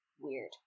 weird